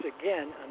again